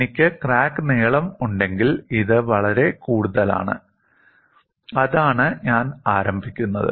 എനിക്ക് ക്രാക്ക് നീളം ഉണ്ടെങ്കിൽ ഇത് വളരെ കൂടുതലാണ് അതാണ് ഞാൻ ആരംഭിക്കുന്നത്